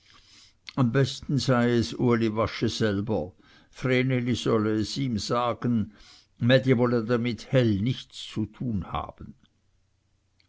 am besten sei es uli wasche selber vreneli solle es ihm sagen mädi wolle damit hell nichts zu tun haben